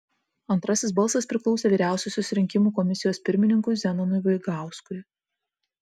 antrasis balsas priklausė vyriausiosios rinkimų komisijos pirmininkui zenonui vaigauskui